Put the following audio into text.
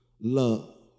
love